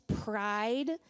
pride